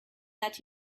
that